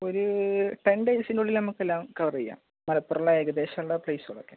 ഒരു ടെൻ ഡേയ്സിനുള്ളിൽ നമുക്കെല്ലാം കവർ ചെയ്യാം മലപ്പുറമുള്ള ഏകദേശമുള്ള പ്ലേസുകളൊക്കെ